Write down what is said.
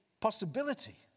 possibility